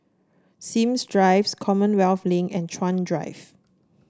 Sims Drives Commonwealth Link and Chuan Drive